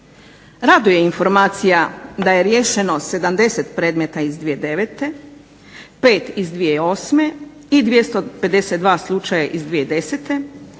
Raduje informacija da je riješeno 70 predmeta iz 2009., 5 iz 2008. i 252 slučaja iz 2010.,